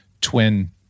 twin